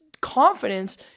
Confidence